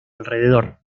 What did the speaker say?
alrededor